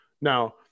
now